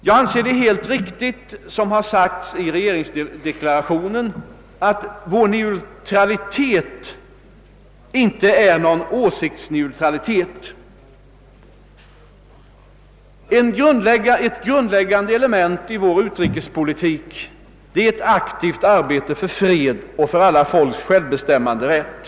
Jag anser det helt riktigt, som har sagts i regeringsdeklarationen, att vår neutralitet inte är någon åsiktsneutralitet. Ett grundläggande element i vår utrikespolitik är ett aktivt arbete för fred och för alla folks självbestämmanderätt.